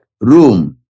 room